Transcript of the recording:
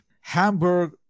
Hamburg